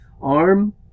arm